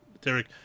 Derek